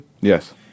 Yes